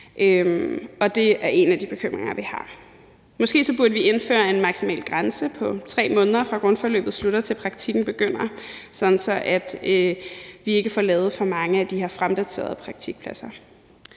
Det er en af de bekymringer, vi har. Måske burde vi indføre en maksimal grænse på 3 måneder, fra grundforløbet slutter, til praktikken begynder, sådan at vi ikke får lavet for mange af de her fremdaterede praktikpladser